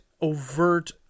overt